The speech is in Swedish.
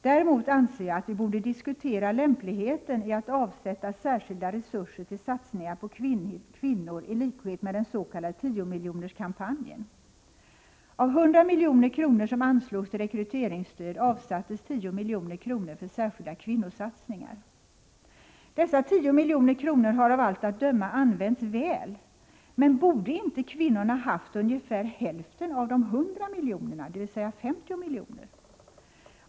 Däremot anser jag att vi borde diskutera lämpligheten i att avsätta särskilda resurser till satsningar på kvinnor i likhet med den s.k. 10-miljonerskampanjen. Av 100 milj.kr. som anslogs till rekryteringsstöd avsattes 10 milj.kr. för särskilda kvinnosatsningar. Dessa 10 milj.kr. har av allt att döma använts väl, men borde inte kvinnorna haft ungefär hälften av de 100 miljonerna, dvs. 50 miljoner?